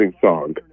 song